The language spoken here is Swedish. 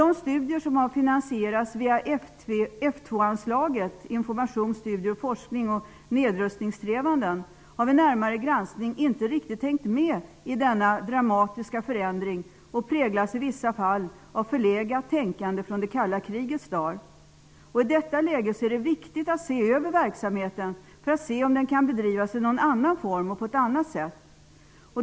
De studier som har finansierats via F 2-anslaget -- information, studier och forskning samt nedrustningssträvanden -- har vid närmare granskning inte riktigt hängt med i denna dramatiska förändring och präglas i vissa fall av förlegat tänkande från det kalla krigets dagar. I detta läge är det viktigt att se över verksamheten, för att se om den kan bedrivas i någon annan form och på ett annat sätt.